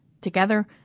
Together